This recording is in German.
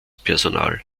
personal